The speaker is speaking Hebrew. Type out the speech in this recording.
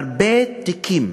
הרבה תיקים